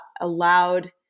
allowed